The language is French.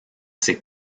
ces